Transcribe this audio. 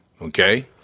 okay